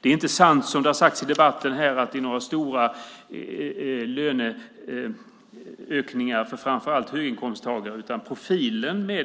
Det är inte sant som det har sagts i debatten här att det är några stora löneökningar för framför allt höginkomsttagare.